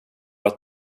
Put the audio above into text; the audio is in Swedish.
att